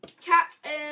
Captain